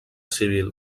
civil